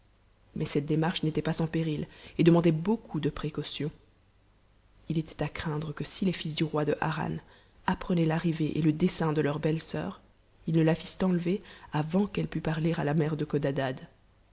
mais cette démarche n'était pas sans péril et demandait beaucoup de précautions i était à craindre que si les fils du roi de harran apprenaient l'arrivée et le dessein de leur belle-soeur ils ne la fissent enlever avant qu'elle pût parler à la mère de